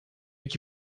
que